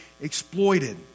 exploited